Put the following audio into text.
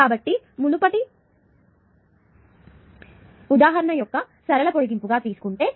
కాబట్టి మునుపటి ఉదాహరణ యొక్క సరళ పొడగింపుగా తీసుకుంటే